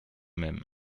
même